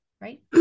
right